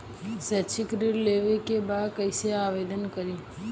शैक्षिक ऋण लेवे के बा कईसे आवेदन करी?